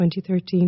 2013